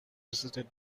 visited